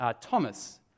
Thomas